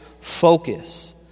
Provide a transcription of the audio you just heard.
focus